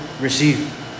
receive